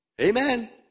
Amen